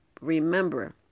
Remember